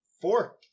Four